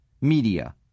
Media